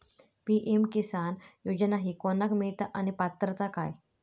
PM Kisan Yojana ही कोणाक मिळता आणि पात्रता काय?